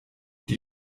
die